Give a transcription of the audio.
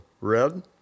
red